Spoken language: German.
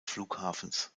flughafens